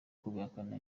kubihakana